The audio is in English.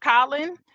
Colin